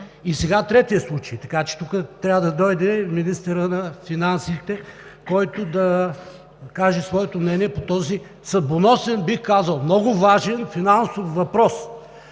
И сега третият случай. Така че тук трябва да дойде министърът на финансите, който да каже своето мнение по този съдбоносен, бих казал, много важен финансов въпрос…